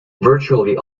virtually